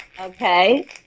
Okay